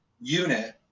UNIT